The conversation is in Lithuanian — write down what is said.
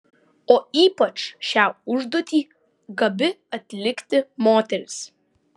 o ypač šią užduotį gabi atlikti moteris